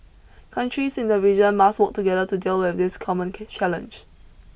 countries in the region must work together to deal with this common challenge